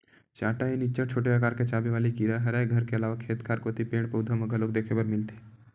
चाटा ए निच्चट छोटे अकार के चाबे वाले कीरा हरय घर के अलावा खेत खार कोती पेड़, पउधा म घलोक देखे बर मिलथे